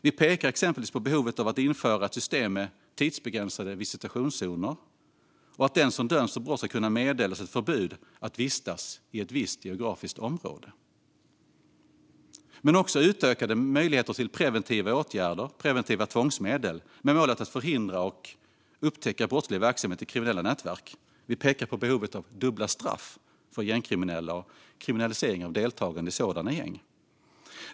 Vi pekar exempelvis på behovet av att införa ett system med tidsbegränsade visitationszoner och att den som döms för brott ska kunna meddelas ett förbud mot att vistas i ett visst geografiskt område. Det handlar också om utökade möjligheter att använda preventiva tvångsmedel med målet att upptäcka och förhindra brottslig verksamhet i kriminella nätverk. Vi pekar även på behovet av dubbla straff för gängkriminella och av kriminalisering av deltagande i sådana gäng.